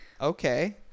Okay